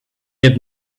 had